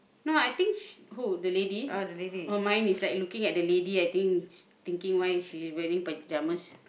no I think who the lady oh mine is like looking at the lady I think thinking why she wearing pajamas